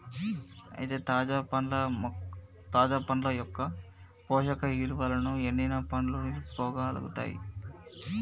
అయితే తాజా పండ్ల యొక్క పోషక ఇలువలను ఎండిన పండ్లు నిలుపుకోగలుగుతాయి